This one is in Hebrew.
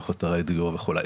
מחוסרי דיור וכו'.